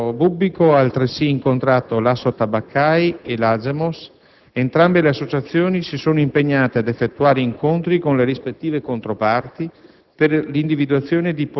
Il sottosegretario di Stato ha, altresì, incontrato l'Assotabaccai e l'AGEMOS. Entrambe le associazioni si sono impegnate ad effettuare incontri con le rispettive controparti